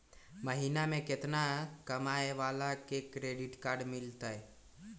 महीना में केतना कमाय वाला के क्रेडिट कार्ड मिलतै?